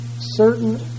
Certain